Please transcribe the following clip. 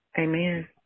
Amen